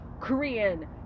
Korean